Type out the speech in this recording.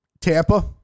Tampa